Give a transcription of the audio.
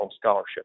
scholarship